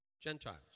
Gentiles